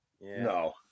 No